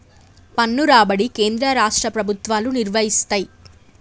పన్ను రాబడి కేంద్ర రాష్ట్ర ప్రభుత్వాలు నిర్వయిస్తయ్